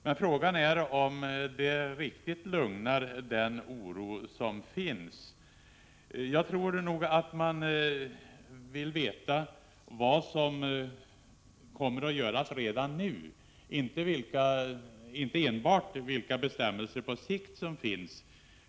Men frågan är om det verkligen stillar den oro som finns. Jag tror nog att man vill veta vad som kommer att göras redan nu och att man alltså inte enbart frågar efter bestämmelserna på sikt.